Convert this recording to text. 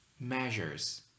measures